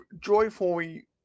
joyfully